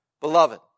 Beloved